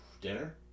Dinner